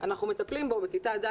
אנחנו מטפלים בו בכיתה ג',